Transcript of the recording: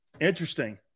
interesting